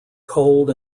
cold